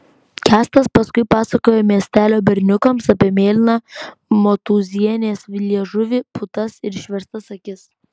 kęstas paskui pasakojo miestelio berniukams apie mėlyną motūzienės liežuvį putas ir išverstas akis